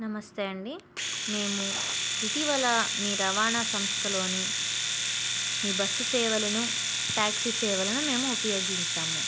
నమస్తే అండి మేము ఇటీవల మీ రవాణా సంస్థలోని మీ బస్సు సేవలను ట్యాక్సీ సేవలను మేము ఉపయోగించాము